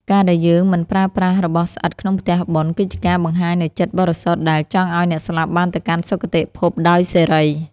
ការដែលយើងមិនប្រើប្រាស់របស់ស្អិតក្នុងផ្ទះបុណ្យ គឺជាការបង្ហាញនូវចិត្តបរិសុទ្ធដែលចង់ឱ្យអ្នកស្លាប់បានទៅកាន់សុគតិភពដោយសេរី។